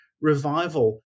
revival